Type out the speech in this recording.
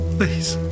Please